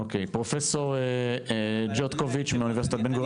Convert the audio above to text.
אוקי, פרופסור ג'וטקוביץ' מאוניברסיטת בן גוריון.